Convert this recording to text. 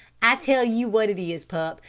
i'll tell ye what it is, pup,